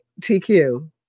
TQ